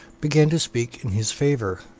began to speak in his favour